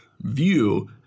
view